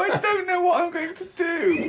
like don't know what i'm going to do.